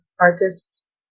artists